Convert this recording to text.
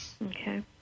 Okay